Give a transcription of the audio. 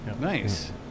Nice